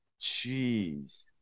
Jeez